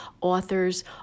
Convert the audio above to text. authors